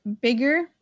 bigger